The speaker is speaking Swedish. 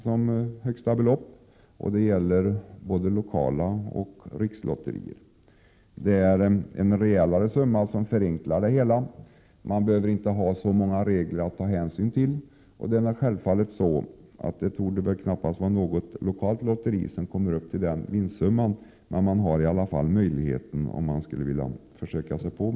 som högsta belopp, och att det skall gälla för både lokala lotterier och rikslotterier. Det är en rejälare summa som förenklar det hela. Man behöver inte ha så många regler att ta hänsyn till. Det torde knappast vara något lokalt lotteri som kommer upp till den vinstsumman, men man har i alla fall möjligheten om man skulle vilja försöka.